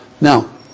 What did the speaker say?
now